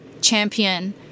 champion